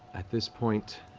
at this point,